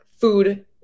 food